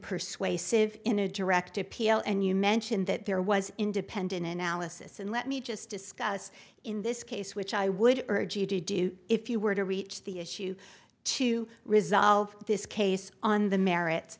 persuasive in a direct appeal and you mentioned that there was independent analysis and let me just discuss in this case which i would urge you to do if you were to reach the issue to resolve this case on the merits